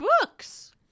books